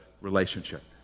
relationship